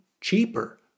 cheaper